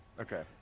okay